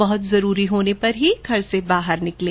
बहुत आवश्यक होने पर ही घर से बाहर निकलें